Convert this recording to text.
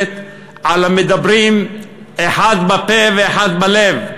נוקבת על המדברים אחד בפה ואחד בלב,